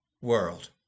world